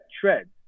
treads